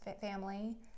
family